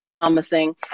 Promising